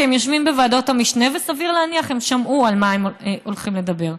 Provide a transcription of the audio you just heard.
כי הם יושבים בוועדות המשנה וסביר להניח שהם שמעו על מה הולכים לדבר.